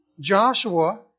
Joshua